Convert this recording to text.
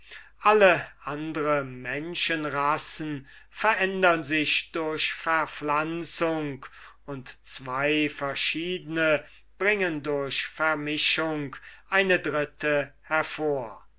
alle andre menschenarten verändern sich durch verpflanzung und zwo verschiedne arten bringen durch vermischung eine dritte hervor